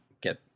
get